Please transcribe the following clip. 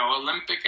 Olympic